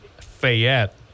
fayette